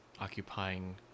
occupying